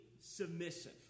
submissive